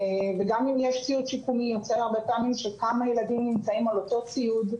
וגם אם יש ציוד שיקומי יוצא הרבה פעמים שכמה ילדים נמצאים על אותו ציוד,